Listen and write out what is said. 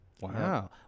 Wow